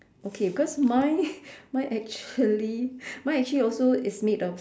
okay because mine mine actually mine actually also is made of